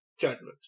judgment